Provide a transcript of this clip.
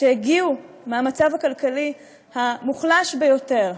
שהגיעו מהמצב הכלכלי המוחלש ביותר,